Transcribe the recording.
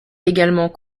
également